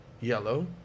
yellow